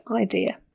idea